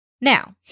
Now